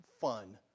fun